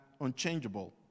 unchangeable